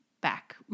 back